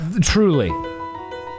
truly